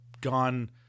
gone